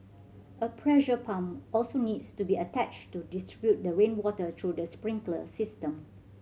a pressure pump also needs to be attached to distribute the rainwater through the sprinkler system